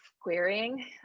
querying